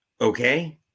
Okay